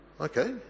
Okay